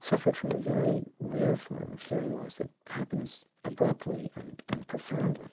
suffered from a very rare form of hearing loss that happens abruptly and and profoundly.